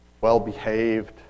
well-behaved